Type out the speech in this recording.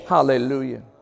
Hallelujah